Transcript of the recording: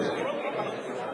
היא נכנסת.